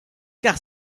car